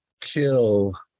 kill